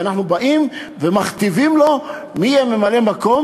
ואנחנו באים ומכתיבים לו מי יהיה ממלא-מקום